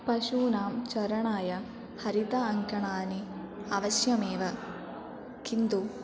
पशूनां चरणाय हरित अङ्कणानि अवश्यमेव किन्तु